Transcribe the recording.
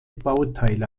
bauteile